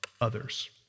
others